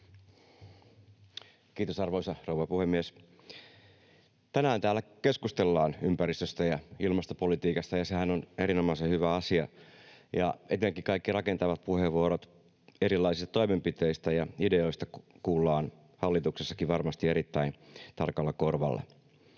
Kiitos, arvoisa rouva puhemies! Tänään täällä keskustellaan ympäristöstä ja ilmastopolitiikasta, ja sehän on erinomaisen hyvä asia. Etenkin kaikki rakentavat puheenvuorot erilaisista toimenpiteistä ja ideoista kuullaan hallituksessakin varmasti erittäin tarkalla korvalla.